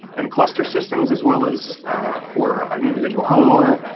and cluster systems as well as for an individual homeowner,